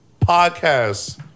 podcast